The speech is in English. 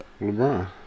LeBron